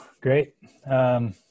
great